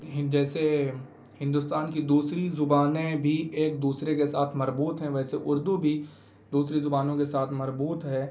جیسے ہندوستان کی دوسری زبانیں بھی ایک دوسرے کے ساتھ مربوط ہیں ویسے اردو بھی دوسری زبانوں کے ساتھ مربوط ہے